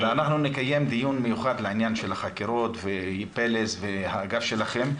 אנחנו נקיים דיון מיוחד לעניין של החקירות ופלס והאגף שלכם.